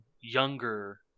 younger